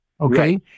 okay